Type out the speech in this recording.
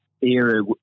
era